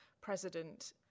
president